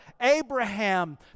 abraham